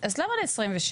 אז למה עד 2026?